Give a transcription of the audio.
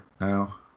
now